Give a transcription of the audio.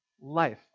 life